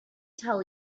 tell